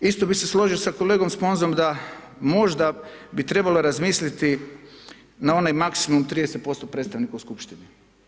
Isto bi se složio sa kolegom Sponzom da možda bi trebalo razmisliti na onaj maksimum 30% predstavnika u skupštini.